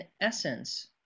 essence